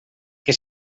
que